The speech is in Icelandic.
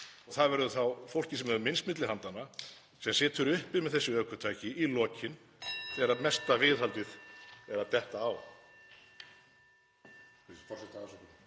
það verður þá fólkið sem hefur minnst milli handanna sem situr uppi með þessi ökutæki í lokin þegar mesta viðhaldið er að detta á.